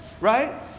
right